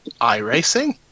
iRacing